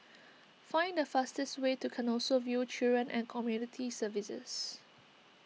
find the fastest way to Canossaville Children and Community Services